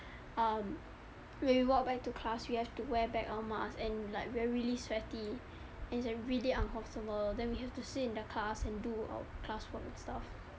um when we walk back to class we have to wear back our mask and like we're really sweaty and it's like really uncomfortable then we have to sit in the class and do our class work and stuff